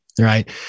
right